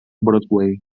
broadway